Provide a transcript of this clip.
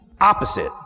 opposite